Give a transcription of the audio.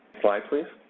slide, please.